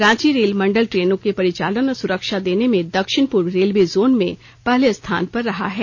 Ranchi rail मंडल ट्रेनों के परिचालन और सुरक्षा देने में दक्षिण पूर्व रेलवे जोन में पहले स्थान पर रहा है